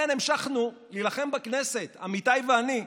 המשכנו להילחם בכנסת, עמיתיי ואני,